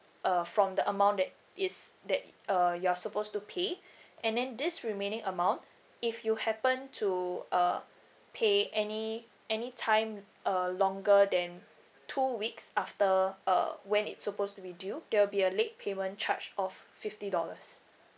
uh from the amount that is that uh you are supposed to pay and then this remaining amount if you happen to uh pay any any time uh longer than two weeks after uh when it's supposed to be due there will be a late payment charge of fifty dollars